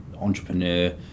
entrepreneur